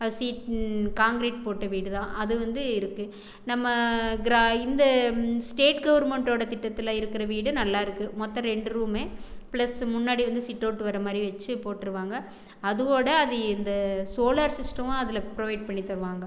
அது sheet concrete போட்ட வீடு தான் அது வந்து இருக்குது நம்ம இந்த ஸ்டேட் கவர்மெண்ட்டோடய திட்டத்தில் இருக்கிற வீடு நல்லாயிருக்கு மொத்தம் ரெண்டு ரூம் ப்ளஸ் முன்னாடி வந்து சிட்அவுட் வர மாதிரி வச்சு போட்டுருவாங்க அதுவோட அது இந்த சோலார் சிஸ்டமும் அதில் ப்ரோவைட் பண்ணி தருவாங்க